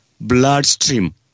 bloodstream